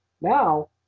Now